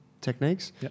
techniques